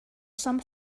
some